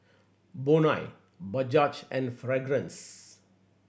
Bonia Bajaj and Fragrance